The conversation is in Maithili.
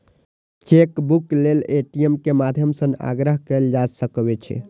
चेकबुक लेल ए.टी.एम के माध्यम सं आग्रह कैल जा सकै छै